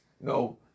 no